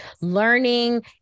learning